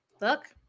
Look